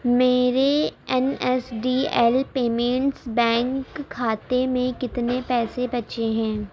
میرے N S D L payments bank کھاتے میں کتنے پیسے بچے ہیں